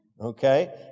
okay